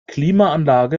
klimaanlage